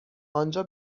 آنجا